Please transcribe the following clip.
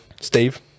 Steve